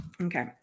Okay